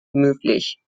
möglich